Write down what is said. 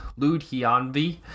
Ludhianvi